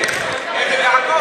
אנחנו יודעים,